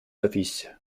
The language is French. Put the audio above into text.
office